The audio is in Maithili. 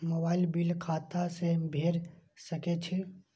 मोबाईल बील खाता से भेड़ सके छि?